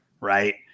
right